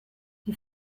die